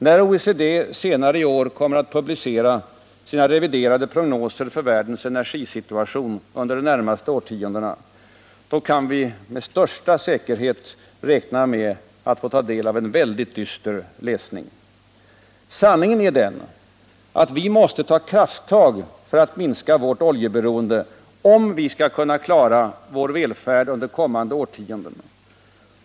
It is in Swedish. När OECD senare i år kommer att publicera sina reviderade prognoser för världens energisituation under de närmaste årtiondena kan vi med största säkerhet räkna med att få ta del av en väldigt dyster läsning. Sanningen är den att vi måste ta krafttag för att minska vårt oljeberoende, om vi skall kunna klara vår välfärd under kommande årtionden.